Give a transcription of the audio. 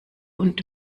und